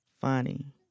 funny